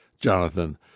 Jonathan